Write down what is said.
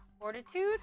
Fortitude